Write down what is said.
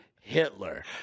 Hitler